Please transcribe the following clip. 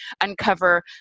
uncover